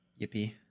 Yippee